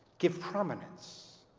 give prominence